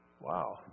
Wow